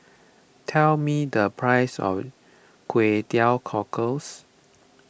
tell me the price of Kway Teow Cockles